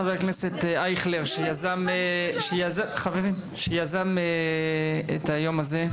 לחבר הכנסת אייכלר שיזם את היום הזה,